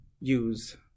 use